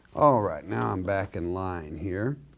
all right now i'm back in line here.